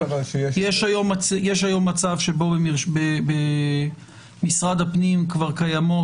יש היום מצב שבו במשרד הפנים כבר קיימות,